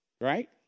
right